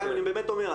אני באמת אומר,